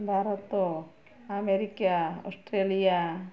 Bharat America Australia